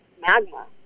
magma